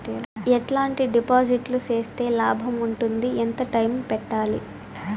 ఎట్లాంటి డిపాజిట్లు సేస్తే లాభం ఉంటుంది? ఎంత టైము పెట్టాలి?